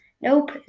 Nope